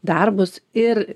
darbus ir